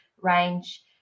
range